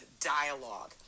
dialogue